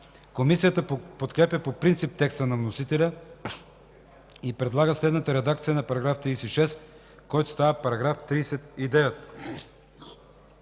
Комисията подкрепя по принцип текста на вносителя и предлага следната редакция на § 36, който става § 39: „§ 39.